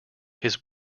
his